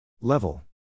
Level